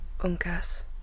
Uncas